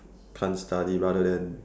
can't study rather than